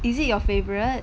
is it your favourite